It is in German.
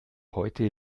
heute